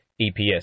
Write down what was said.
EPS